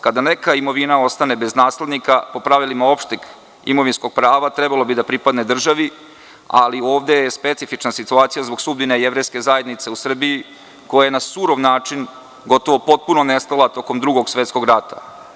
Kada neka imovina ostane bez naslednika po pravilima opšteg imovinskog prava trebalo bi da pripadne državi, ali ovde je specifična situacija zbog sudbine Jevrejske zajednice u Srbiji koja je na surov način gotovo potpuno nestala tokom Drugog svetskog rada.